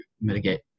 mitigate